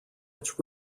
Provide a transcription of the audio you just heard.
its